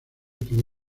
tuvo